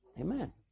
Amen